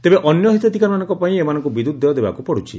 ତେବେ ଅନ୍ୟ ହିତାଧକାରୀମାନଙ୍କ ପରି ଏମାନଙ୍କୁ ବିଦ୍ୟତ୍ ଦେୟ ଦେବାକୁ ପଡୁଛି